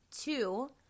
Two